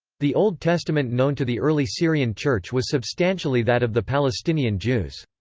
the old testament known to the early syrian church was substantially that of the palestinian jews.